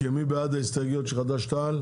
מי בעד ההסתייגויות של חד"ש-תע"ל?